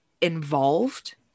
involved